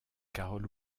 carole